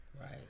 Right